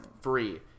free